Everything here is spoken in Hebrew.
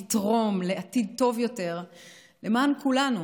לתרום לעתיד טוב יותר למען כולנו.